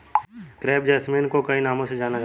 crepe jasmine को कई नामों से जानते हैं